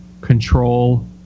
control